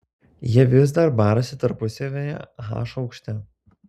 jie vis dar barasi tarpusavyje h aukšte